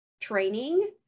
training